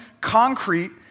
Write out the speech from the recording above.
concrete